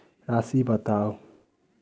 राशि बताउ